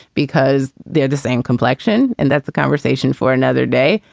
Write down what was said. because they are the same complexion. and that's a conversation for another day.